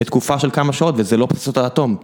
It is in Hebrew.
לתקופה של כמה שעות וזה לא פצצות האטום